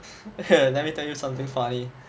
let me tell you something funny